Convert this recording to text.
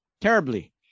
terribly